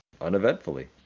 uneventfully